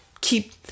keep